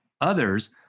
Others